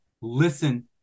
listen